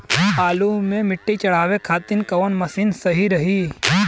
आलू मे मिट्टी चढ़ावे खातिन कवन मशीन सही रही?